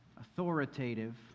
authoritative